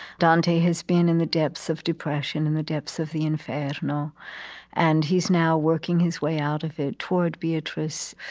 dante has been in the depths of depression, in the depths of the inferno, and he's now working his way out of it toward beatrice,